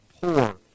poor